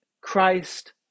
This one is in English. Christ